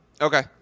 Okay